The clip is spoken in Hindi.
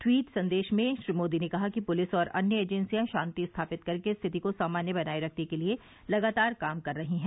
ट्वीट संदेश में श्री मोदी ने कहा कि पुलिस और अन्य एजेंसियां शांति स्थापित कर के स्थिति को सामान्य बनाने के लिए लगातार काम कर रही हैं